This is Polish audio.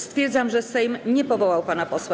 Stwierdzam, że Sejm nie powołał pana posła.